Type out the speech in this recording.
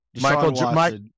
Michael